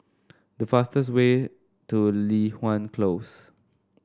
the fastest way to Li Hwan Close